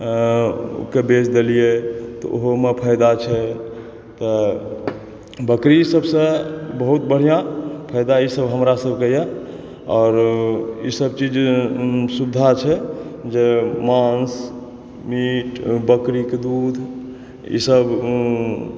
के बेच दलियै तऽ ओहोमे फायदा छै तऽ बकरी सभसँ बहुत बढ़िआँ फायदा ईसभ हमरा सभकए आओर ईसभ चीज सुविधा छै जे माँस मीट बकरीके दूध ईसभ